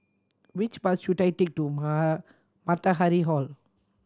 which bus should I take to Matahari Hall